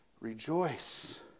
rejoice